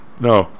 No